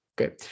Okay